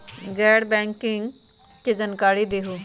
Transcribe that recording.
गैर बैंकिंग के जानकारी दिहूँ?